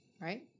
Right